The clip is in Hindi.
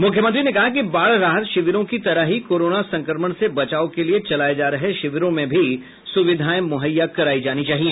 मुख्यमंत्री ने कहा कि बाढ़ राहत शिविरों की तरह ही कोरोना संक्रमण से बचाव के लिए चलाये जा रहे शिविरों में भी सुविधाएं मुहैया करायी जानी चाहिए